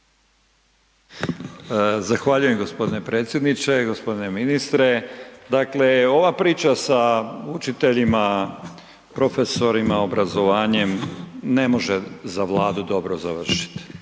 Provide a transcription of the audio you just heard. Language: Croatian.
Zahvaljujem gospodine predsjedniče. Gospodine ministre, dakle ova priča sa učiteljima, profesorima, obrazovanjem ne može za Vladu dobro završiti.